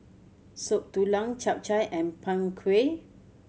Soup Tulang Chap Chai and Png Kueh